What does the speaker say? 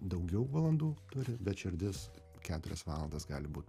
daugiau valandų turi bet širdis keturias valandas gali būt